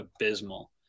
abysmal